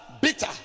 bitter